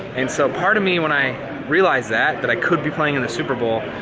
and so part of me when i realized that, that i could be playing in the superbowl,